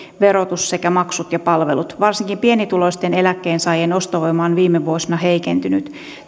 verotus sekä maksut ja palvelut varsinkin pienituloisten eläkkeensaajien ostovoima on viime vuosina heikentynyt